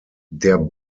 der